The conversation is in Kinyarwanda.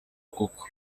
kuko